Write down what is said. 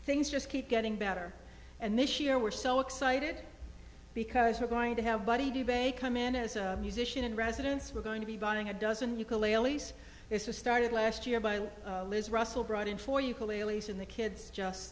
things just keep getting better and this year we're so excited because we're going to have buddy bay come in as a musician in residence we're going to be buying a dozen ukuleles this was started last year by liz russell brought in four ukuleles and the kids just